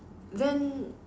then